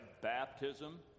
baptism